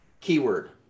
keyword